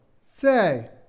Say